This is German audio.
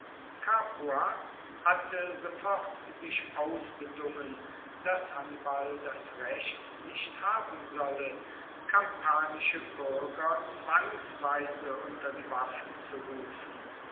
hatte sofort sich ausbedungen dass hannibal das recht nicht haben solle kampanische buerger zwangsweise unter die waffen zu rufen